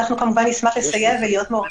ואנחנו כמובן נשמח לסייע ולהיות מעורבים,